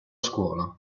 scuola